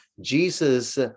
Jesus